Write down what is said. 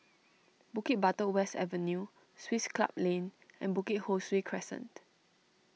Bukit Batok West Avenue Swiss Club Lane and Bukit Ho Swee Crescent